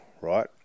right